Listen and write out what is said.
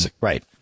right